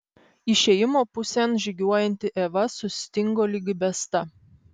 išėjimo pusėn žygiuojanti eva sustingo lyg įbesta